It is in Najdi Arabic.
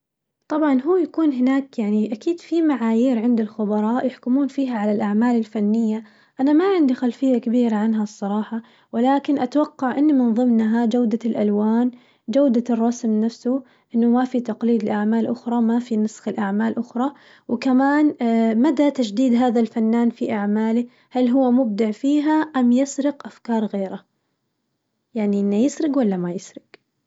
طبعاً هو يكون هناك يعني أكيد في معايير عند الخبراء يحكمون فيها على الأعمال الفنية، أنا ما عندي خلفية كبيرة عنها الصراحة ولكن أتوقع إنه من ظمنها جودة الألوان، جودة الرسم نفسه إنه ما في تقليد لأعمل أخرى ما في نسخ لأعمال أخرى، وكمان مدى تجديد هذا الفنان في أعماله، هل هو مبدع فيها أم يسرق أفكار غيره؟ يعني إنه يسرق ولا ما يسرق.